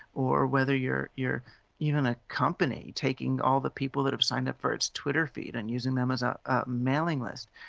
or whether you're you're even a company taking all the people that have signed up for its twitter feed and using them as ah a mailing list.